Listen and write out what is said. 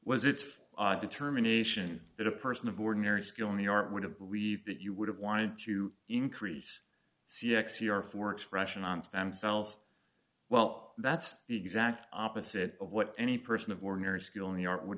was it's odd determination that a person of ordinary skill in the art would have believed that you would have wanted to increase c x e r for expression on stem cells well that's the exact opposite of what any person of ordinary skill in the art would